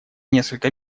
несколько